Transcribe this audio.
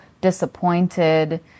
disappointed